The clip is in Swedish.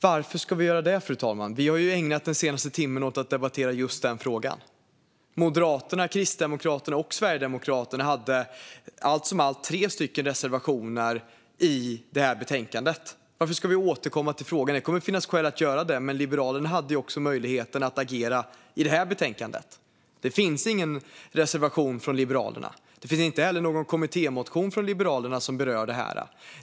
Varför ska vi göra det, fru talman? Vi har ju ägnat den senaste timmen åt att debattera just den frågan. Moderaterna, Kristdemokraterna och Sverigedemokraterna hade allt som allt tre stycken reservationer i betänkandet. Varför ska vi återkomma till frågan? Det kommer att finnas skäl att göra det, men Liberalerna hade möjligheten att agera i betänkandet. Det finns ingen reservation från Liberalerna. Det finns heller ingen kommittémotion från Liberalerna som berör detta.